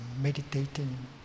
meditating